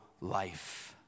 life